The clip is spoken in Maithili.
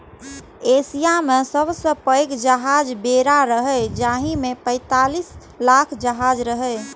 एशिया मे सबसं पैघ जहाजक बेड़ा रहै, जाहि मे पैंतीस लाख जहाज रहै